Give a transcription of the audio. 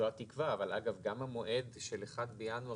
זו התקווה, אבל גם המועד של 1 בינואר,